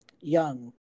Young